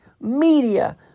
media